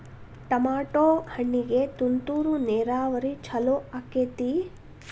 Tomato ಹಣ್ಣಿಗೆ ತುಂತುರು ನೇರಾವರಿ ಛಲೋ ಆಕ್ಕೆತಿ?